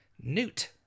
Newt